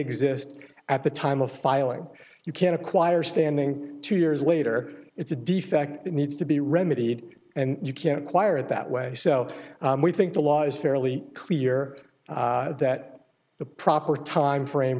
exist at the time of filing you can acquire standing two years later it's a defect that needs to be remedied and you can acquire it that way so we think the law is fairly clear that the proper timeframe